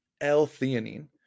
L-theanine